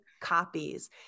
copies